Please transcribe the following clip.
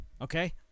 Okay